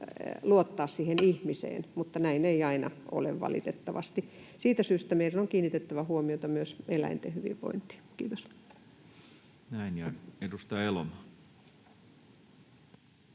luottaa ihmiseen, mutta näin ei aina ole, valitettavasti. Siitä syystä meidän on kiinnitettävä huomiota myös eläinten hyvinvointiin. — Kiitos. [Speech 176]